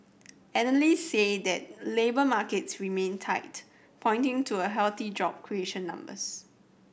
analysts said that labour markets remain tight pointing to a healthy job creation numbers